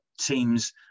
teams